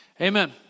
Amen